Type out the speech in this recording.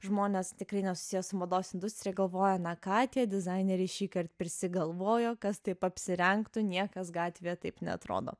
žmonės tikrai nesusiję su mados industrija galvoja na ką tie dizaineriai šįkart prisigalvojo kas taip apsirengtų niekas gatvėje taip neatrodo